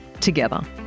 together